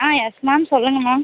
ஆ yes ma'am சொல்லுங்கள் ma'am